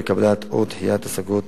לקבלת או דחיית השגות